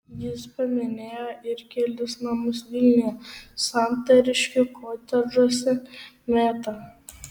jis paminėjo ir kelis namus vilniuje santariškių kotedžuose mėta